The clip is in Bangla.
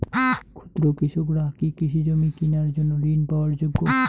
ক্ষুদ্র কৃষকরা কি কৃষিজমি কিনার জন্য ঋণ পাওয়ার যোগ্য?